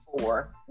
four